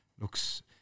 looks